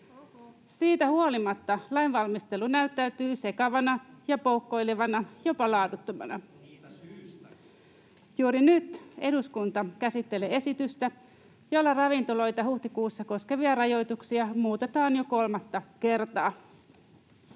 Siitä huolimatta lainvalmistelu näyttäytyy sekavana ja poukkoilevana, jopa laaduttomana. [Timo Heinonen: Siitä syystä!] Juuri nyt eduskunta käsittelee esitystä, jolla ravintoloita huhtikuussa koskevia rajoituksia muutetaan jo kolmatta kertaa.